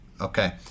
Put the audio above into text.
Okay